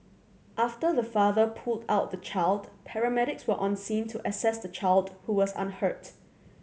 after the father pulled out the child paramedics were on scene to assess the child who was unhurt